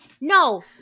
No